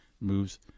moves